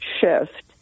shift